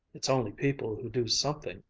it's only people who do something,